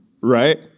right